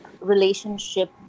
relationship